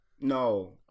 No